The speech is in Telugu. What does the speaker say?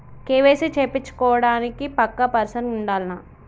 కే.వై.సీ చేపిచ్చుకోవడానికి పక్కా పర్సన్ ఉండాల్నా?